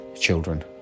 children